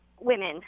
women